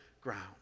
ground